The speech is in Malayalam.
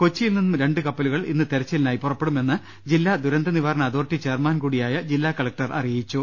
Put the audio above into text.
കൊച്ചിയിൽ നിന്നും രണ്ട് കപ്പലുകൾ ഇന്ന് തിരച്ചിലിനായി പുറപ്പെടും എന്ന് ജില്ലാ ദുരന്തനിവാരണ അതോറിറ്റി ചെയർമാൻ കൂടിയായ ജില്ലാ കലക്ടർ അറിയിച്ചു